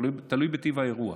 זה תלוי בטיב האירוע.